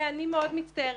ואני מאוד מצטערת,